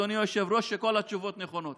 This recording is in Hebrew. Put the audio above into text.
אדוני היושב-ראש: כל התשובות נכונות.